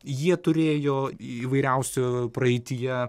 jie turėjo įvairiausių praeityje